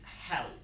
help